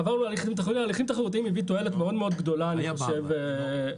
הליכים תחרותיים הביאו לתועלת מאוד גדולה לציבור,